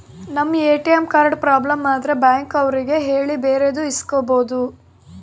ನಮ್ ATM card problem ಆದ್ರೆ bank ಅವ್ರಿಗೆ ಹೇಳಿ ಬೇರೆದು ಇಸ್ಕೊಬೋದು